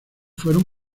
fueron